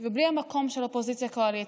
ובלי המקום של אופוזיציה קואליציה,